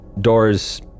doors